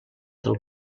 del